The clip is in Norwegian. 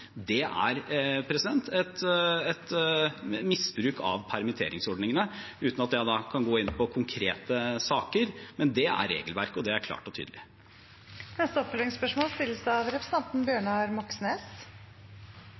misbruk av permitteringsordningene, uten at jeg kan gå inn på konkrete saker, men det er regelverket, og det er klart og tydelig. Bjørnar Moxnes – til oppfølgingsspørsmål.